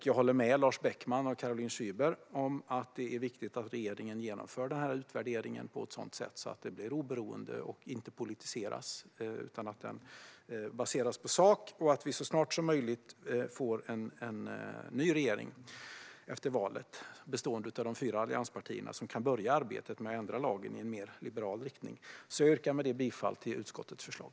Jag håller med Lars Beckman och Caroline Szyber om att det är viktigt att regeringen genomför utvärderingen på ett sådant sätt att den blir oberoende och inte politiseras utan baseras på sak. Det är också viktigt att vi så snart som möjligt efter valet får en ny regering bestående av de fyra allianspartierna, som kan börja arbetet med att ändra lagen i en mer liberal riktning. Med detta yrkar jag bifall till utskottets förslag.